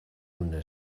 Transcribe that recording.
una